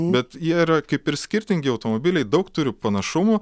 bet jie yra kaip ir skirtingi automobiliai daug turi panašumų